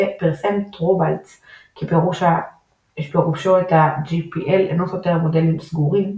פרסם טורבאלדס כי פירושו את ה-GPL אינו סותר מודולים "סגורים"